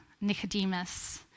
Nicodemus